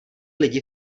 lidi